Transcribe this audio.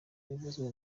yavuzwe